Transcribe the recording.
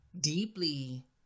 deeply